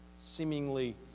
seemingly